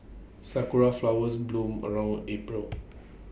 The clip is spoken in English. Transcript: Sakura Flowers bloom around April